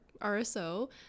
RSO